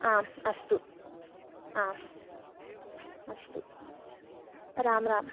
आम् अस्तु आ अस्तु रामराम